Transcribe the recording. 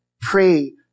pray